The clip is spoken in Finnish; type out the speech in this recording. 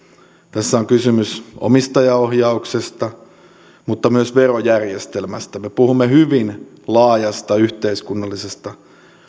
tässä on kysymys omistajaohjauksesta mutta myös verojärjestelmästä me puhumme hyvin laajasta yhteiskunnallisesta